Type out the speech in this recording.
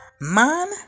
Man